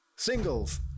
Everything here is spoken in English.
Singles